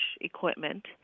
equipment